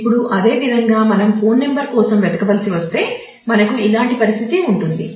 ఇప్పుడు అదేవిధంగా మనం ఫోన్ నంబర్ కోసం వెతకవలసి వస్తే మనకు ఇలాంటి పరిస్థితి ఉంటుంది